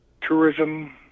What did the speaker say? tourism